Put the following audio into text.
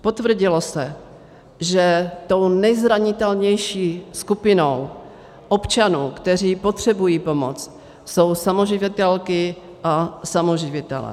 Potvrdilo se, že tou nezranitelnější skupinou občanů, kteří potřebují pomoc, jsou samoživitelky a samoživitelé.